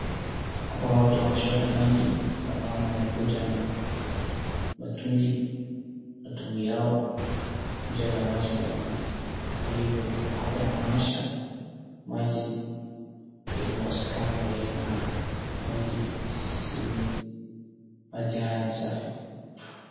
Hapa watu wanachota maji, wamama wamekuja na mitungi, mitungi yao kujaza maji kwa hivyo hapa inamaanisha maji imekosekana kwa hii mahali, maji haya ni safi.